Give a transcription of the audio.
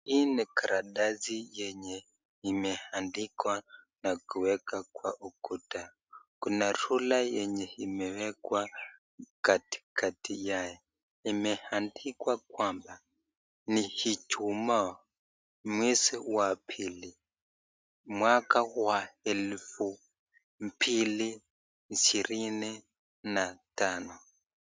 Karatasi yenye imeandikwa na kuweka kwenye ukuta. Kuna rula yenye imewekwa katikati yao imeandikwa kwamba ni ijumaa mwezi wa pili mwaka wa elfu mbili ishirini na tano.